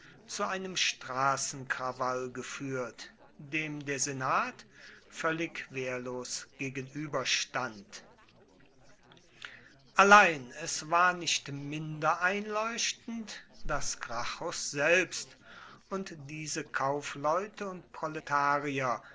zu einem straßenkrawall geführt dem der senat völlig wehrlos gegenüberstand allein es war nicht minder einleuchtend daß gracchus selbst und diese kaufleute und proletarier